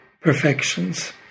perfections